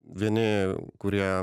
vieni kurie